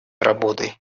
работой